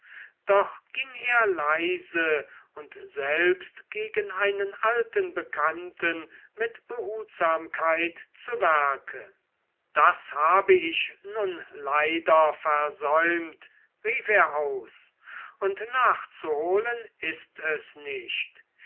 doch ging er leise und selbst gegen einen alten bekannten mit behutsamkeit zu werke das habe ich nun leider versäumt rief er aus und nachzuholen ist es nicht